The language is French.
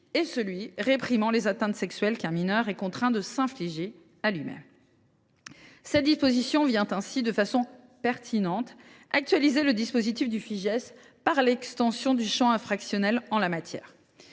et celui qui réprime les atteintes sexuelles qu’un mineur est contraint de s’infliger à lui même. Cette disposition vient ainsi, de façon pertinente, actualiser le dispositif du Fijais par l’extension du champ infractionnel en la matière.